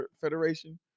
federation